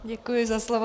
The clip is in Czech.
Děkuji za slovo.